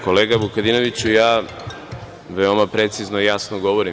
Kolega Vukadinoviću, ja veoma precizno i jasno govorim.